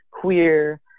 queer